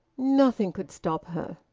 nothing could stop her.